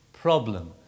problem